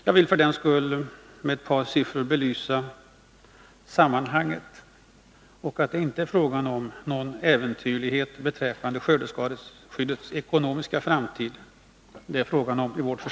Jag vill för den skull med ett par siffror belysa sammanhanget och visa att vårt förslag inte medför några äventyrligheter beträffande skördeskadeskyddets ekonomiska framtid.